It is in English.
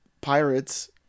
Pirates